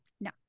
No